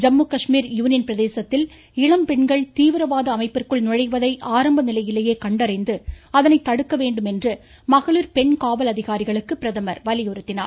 Jammu Kashmir union பிரதேசத்தில் இளம் பெண்கள் தீவிரவாத அமைப்பிற்குள் நுழைவதை ஆரம்ப நிலையிலேயே கண்டறிந்து அதனை தடுக்க வேண்டும் என்று மகளிர் பெண் காவல் அதிகாரிகளுக்கு பிரதமர் வலியுறுத்தினார்